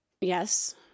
Yes